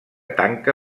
tanca